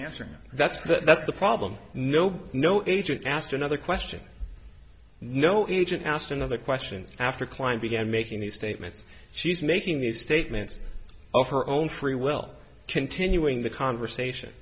answering that's that's the problem no no agent asked another question no agent asked another question after klein began making these statements she's making these statements of her own free will continuing the conversation